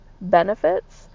benefits